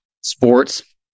Sports